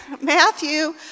Matthew